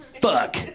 Fuck